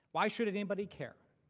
why should anybody care?